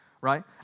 Right